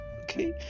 Okay